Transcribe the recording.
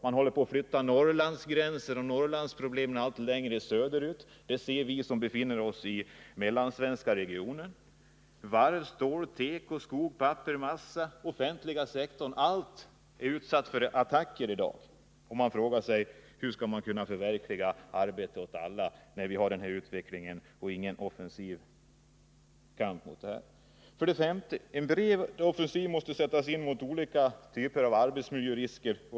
Man håller på att flytta Norrlands gränser och Norrlands problem allt längre söderut. Det ser vi som befinner oss i den mellansvenska regionen. Varv, stål, teko, skog, papper, massa, den offentliga sektorn — allt är utsatt för attacker i dag. Man måste fråga sig: Hur skall vi kunna förverkliga målet arbete åt alla, när vi har denna utveckling men ingen offensiv kamp mot den? 5. En bred offensiv måste sättas in mot olika typer av arbetsmiljörisker.